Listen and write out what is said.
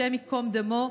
השם ייקום דמו,